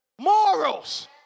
morals